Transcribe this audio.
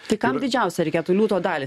tai kam didžiausią reikėtų liūto dalį